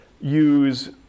use